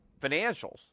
financials